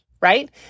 right